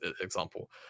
example